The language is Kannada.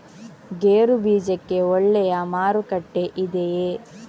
ಗೇರು ಬೀಜಕ್ಕೆ ಒಳ್ಳೆಯ ಮಾರುಕಟ್ಟೆ ಇದೆಯೇ?